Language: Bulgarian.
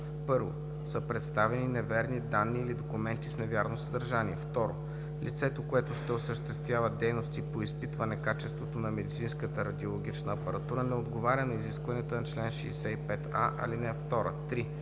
1. са представени неверни данни или документи с невярно съдържание; 2. лицето, което ще осъществява дейности по изпитване качеството на медицинската радиологична апаратура, не отговаря на изискванията на чл. 65а, ал. 2; 3.